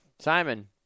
Simon